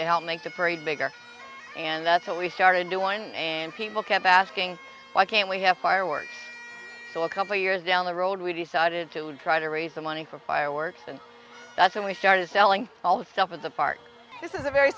to help make the parade bigger and that's what we started a new one and people kept asking why can't we have fireworks for a couple years down the road we decided to try to raise the money for fireworks and that's when we started selling all fell for the park this is a very